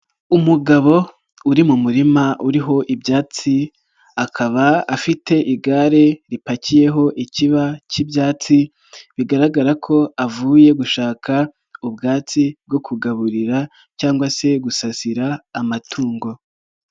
Umugabo uri mu murima uriho ibyatsi akaba afite igare ripakiyeho ikiba cy'ibyatsi, bigaragara ko avuye gushaka ubwatsi bwo kugaburira cyangwa se gusasira amatungo.